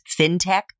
FinTech